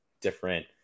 different